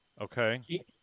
okay